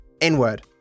N-word